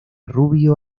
rubio